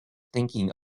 thinking